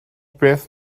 beth